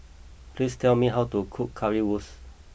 please tell me how to cook Currywurst